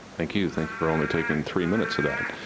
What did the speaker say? thank you, thank you for only taking three minutes of that.